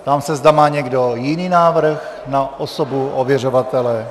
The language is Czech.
Ptám se, zda má někdo jiný návrh na osobu ověřovatele.